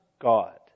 God